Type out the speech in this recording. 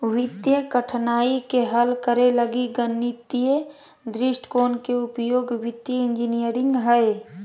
वित्तीय कठिनाइ के हल करे लगी गणितीय दृष्टिकोण के उपयोग वित्तीय इंजीनियरिंग हइ